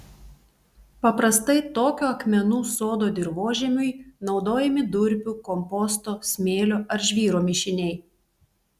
paprastai tokio akmenų sodo dirvožemiui naudojami durpių komposto smėlio ar žvyro mišiniai